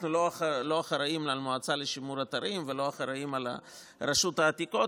אנחנו לא אחראים למועצה לשימור אתרים ולא אחראים לרשות העתיקות.